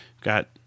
got